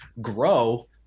grow